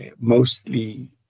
mostly